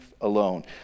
alone